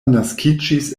naskiĝis